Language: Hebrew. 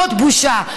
זאת בושה.